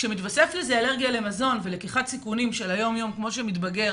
כשמתווספת לזה אלרגיה למזון ולקיחת סיכונים יום יום כמו שמתבגר